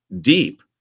deep